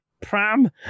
pram